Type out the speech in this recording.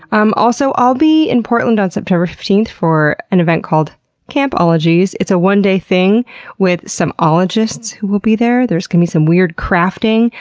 um also, i'll be in portland on september fifteenth for an event called camp ologies. it's a one-day thing with some ologists who will be there. there's going to be some weird crafting,